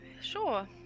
sure